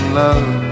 love